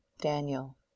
Daniel